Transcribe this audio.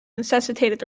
necessitated